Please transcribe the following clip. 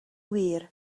wir